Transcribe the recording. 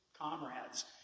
comrades